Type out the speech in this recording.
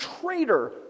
traitor